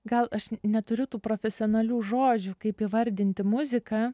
gal aš neturiu tų profesionalių žodžių kaip įvardinti muziką